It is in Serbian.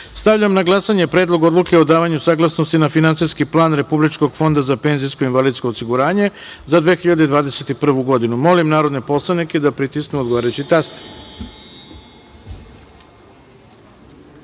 godinu. Stavljam na glasanje Predlog odluke o davanju saglasnosti na finansijski plan Republičkog fonda za penzijsko i invalidsko osiguranje za 2021. godinu. Molim narodne poslanike da pritisnu odgovarajući